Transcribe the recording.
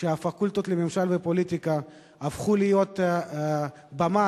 שהפקולטות לממשל ופוליטיקה הפכו להיות במה